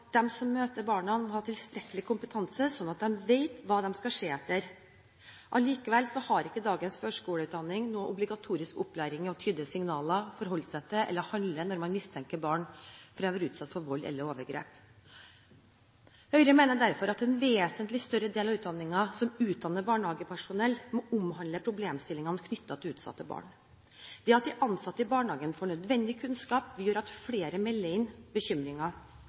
som møter barna, har tilstrekkelig kompetanse, slik at de vet hva de skal se etter. Likevel gir ikke dagens førskolelærerutdanning noen obligatorisk opplæring i å tyde signaler, forholde seg til eller handle når man mistenker at barn har vært utsatt for vold eller overgrep. Høyre mener derfor at en vesentlig større del av utdanningen som utdanner barnehagepersonell, må omhandle problemstillingene knyttet til utsatte barn. Det at de ansatte i barnehagen får nødvendig kunnskap, gjør at flere melder inn